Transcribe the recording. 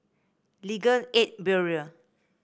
Legal Aid Bureau